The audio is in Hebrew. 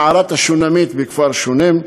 מערת השונמית בכפר שונם,